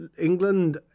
England